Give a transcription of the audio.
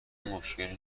مشکلی